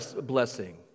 blessing